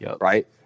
Right